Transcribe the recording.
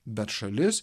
bet šalis